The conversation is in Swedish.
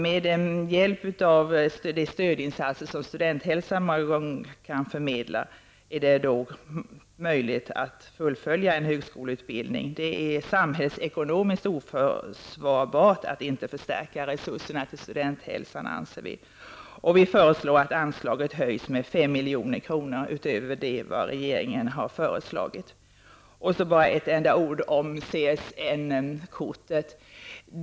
Med de stödinsatser som Studenthälsan många gånger kan förmedla kan det vara möjligt att fullfölja en högskoleutbildning. Det är samhällsekonomiskt oförsvarbart att inte förstärka resurserna till Studenthälsan, anser vi. Därför föreslår vi att anslaget höjs med 5 milj.kr. utöver vad regeringen föreslagit. Så några ord om CSN-kortet.